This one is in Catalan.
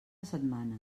setmana